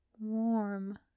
warm